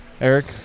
Eric